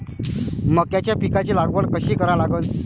मक्याच्या पिकाची लागवड कशी करा लागन?